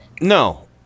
No